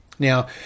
Now